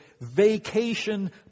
Vacation